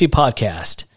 podcast